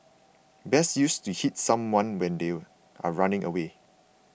best used to hit someone when they are running away